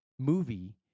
Movie